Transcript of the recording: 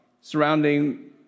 surrounding